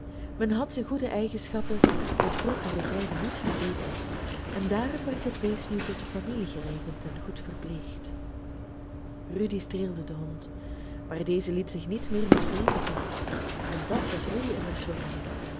men had zijn goede eigenschappen uit vroegere tijden niet vergeten en daarom werd het beest nu tot de familie gerekend en goed verpleegd rudy streelde den hond maar deze liet zich niet meer met vreemden in en dat was rudy immers voor hem